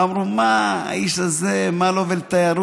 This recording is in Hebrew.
אמרו: מה, האיש הזה, מה לו ולתיירות?